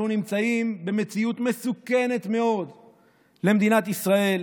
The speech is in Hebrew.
אנחנו נמצאים במציאות מסוכנת מאוד למדינת ישראל,